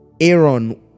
Aaron